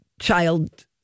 child